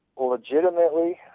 Legitimately